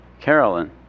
Carolyn